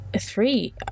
Three